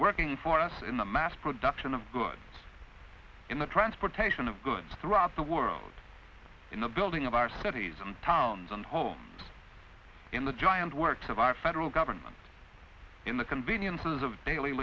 working for us in the mass production of goods in the transportation of goods throughout the world in the building of our cities and towns and homes in the giant works of our federal government in the conveniences of daily